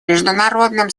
международном